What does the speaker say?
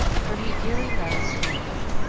for he dearly loved sweeties,